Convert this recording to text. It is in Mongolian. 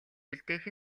үлдээх